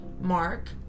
Mark